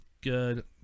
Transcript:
good